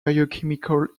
biochemical